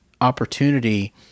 opportunity